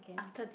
after this